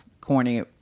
corny